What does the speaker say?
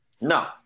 No